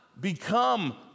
become